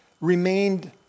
remained